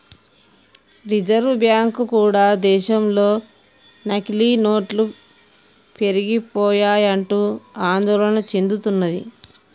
reserve bank కూడా దేశంలో నకిలీ నోట్లు పెరిగిపోయాయంటూ ఆందోళన చెందుతున్నది